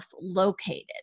located